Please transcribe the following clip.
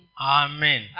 Amen